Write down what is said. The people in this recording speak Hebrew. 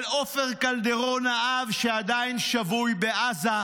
על עופר קלדרון האב, שעדיין שבוי בעזה,